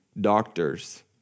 doctors